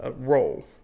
role